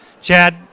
Chad